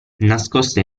nascoste